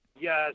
Yes